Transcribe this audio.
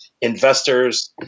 investors